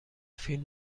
فیلم